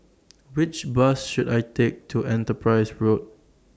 Which Bus should I Take to Enterprise Road